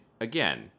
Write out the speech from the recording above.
again